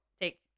Take